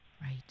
Right